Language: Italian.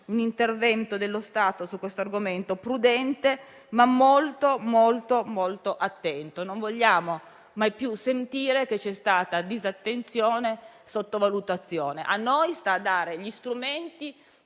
un intervento dello Stato su questo argomento, che sia prudente ma molto attento. Non vogliamo mai più sentire che c'è stata disattenzione o sottovalutazione. A noi il compito di dare gli strumenti